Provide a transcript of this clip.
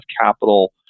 capital